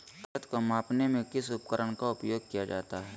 खेत को मापने में किस उपकरण का उपयोग किया जाता है?